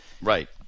Right